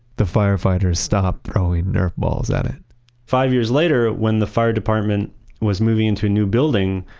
the firefighters stopped throwing nerf balls at it five years later when the fire department was moving into a new building,